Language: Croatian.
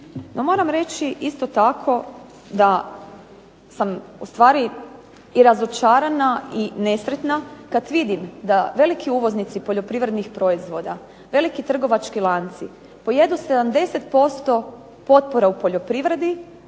moram reći isto tako da sam ustvari i razočarana i nesretna kada vidim da veliki uvoznici poljoprivrednih proizvoda, veliki trgovački lanci pojedu 70% potpora u poljoprivredi,